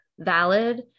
valid